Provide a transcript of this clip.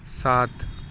persistent-noise-s